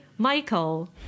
Michael